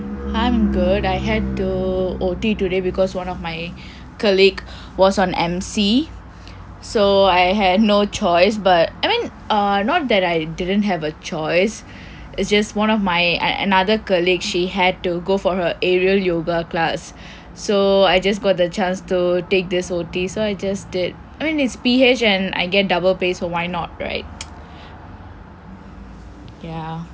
I'm good I had to O_T today because one of my colleague was on M_C so I had no choice but I mean not that I didn't have a choice it's just one of my another colleague she had to go for her arial yoga class so I just got the chance to take this O_T so I just did I mean it's P_H and I get double pay so why not right